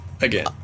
Again